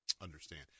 understand